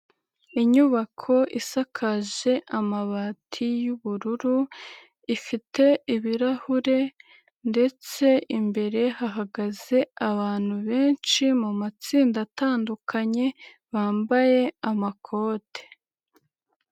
Inyubako isakaje amabati y'ubururu, ifite ibirahure ndetse imbere hahagaze abantu benshi mu matsinda atandukanye bambaye amakote.